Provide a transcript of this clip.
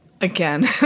Again